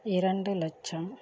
இரண்டு லட்சம்